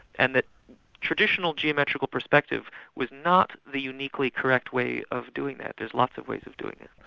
and that traditional geometrical perspective was not the uniquely correct way of doing that there's lots of ways of doing it.